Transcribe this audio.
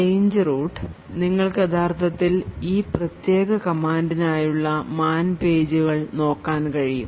change root നിങ്ങൾക്ക് യഥാർത്ഥത്തിൽ ഈ പ്രത്യേക command നായുള്ള MAN pages നോക്കാൻ കഴിയും